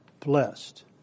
blessed